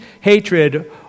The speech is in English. hatred